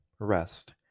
rest